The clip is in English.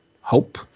hope